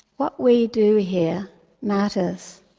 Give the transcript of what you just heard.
what we do here matters.